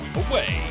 away